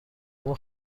اون